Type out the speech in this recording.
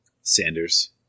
Sanders